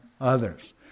others